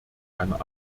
einer